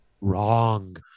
Wrong